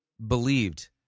Believed